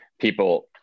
people